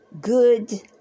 good